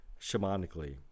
shamanically